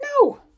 No